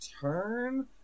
turn